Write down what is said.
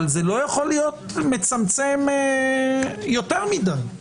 אבל זה לא יכול להיות מצמצם יותר מדיי.